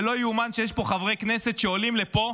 זה לא ייאמן שיש חברי כנסת שעולים לפה,